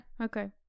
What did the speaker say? Okay